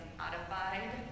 modified